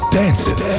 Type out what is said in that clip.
dancing